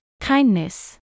kindness